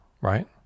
Right